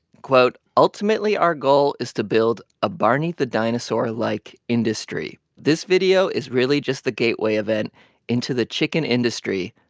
quote, ultimately, our goal is to build a barney-the-dinosaur-like industry. this video is really just the gateway of it into the chicken industry,